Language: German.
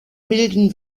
milden